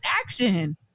action